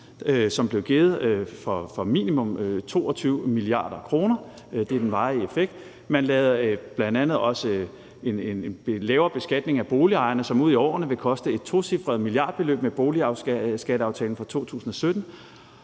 som blev givet for minimum 22 mia. kr.; det er den varige effekt. Man lavede bl.a. også en lavere beskatning af boligejerne, som ud i årene vil koste et tocifret milliardbeløb, med boligskatteaftalen fra 2017.